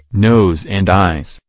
nose and eyes,